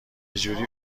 جوری